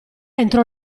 entrò